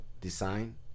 Design